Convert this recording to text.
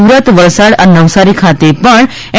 સુરત વલસાડ અને નવસારી ખાતે પણ એન